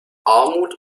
armut